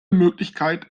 möglichkeit